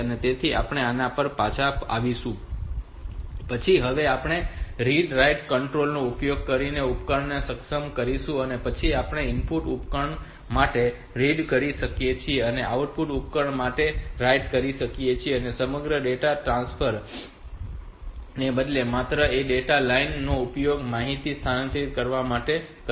તેથી આપણે આના પર પાછળથી આવીશું તો પછી હવે આપણે રીડ રાઈટ કન્ટ્રોલ નો ઉપયોગ કરીને ઉપકરણને સક્ષમ કરીશું અને પછી આપણે ઇનપુટ ઉપકરણ માટે રીડ કરીએ છીએ અને આઉટપુટ ઉપકરણ માટે રાઈટ કરીએ છીએ અને સમગ્ર ડેટા બસ ને બદલે માત્ર એક ડેટા લાઇન નો ઉપયોગ માહિતી સ્થાનાંતરિત કરવા માટે કરવામાં આવે છે